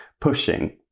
pushing